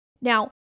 Now